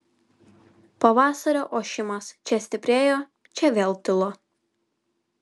pavasario ošimas čia stiprėjo čia vėl tilo